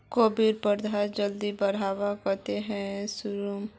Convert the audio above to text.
कोबीर पौधा जल्दी बढ़वार केते की करूम?